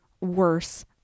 worse